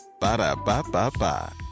Ba-da-ba-ba-ba